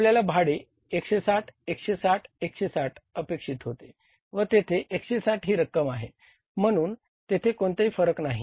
आपल्याला भाडे 160160160 अपेक्षित होते व तेथे 160 ही रक्कम आहे म्हणून तेथे कोणताही फरक नाही